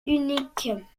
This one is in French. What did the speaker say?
unique